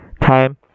time